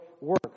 work